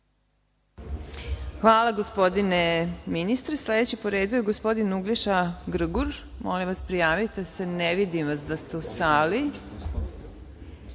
Hvala, gospodine ministre. Sledeći po redu je gospodin Uglješa Grgur. Molim vas, prijavite se. Ne vidim da ste u